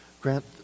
Grant